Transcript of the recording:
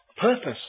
purpose